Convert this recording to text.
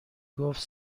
گفت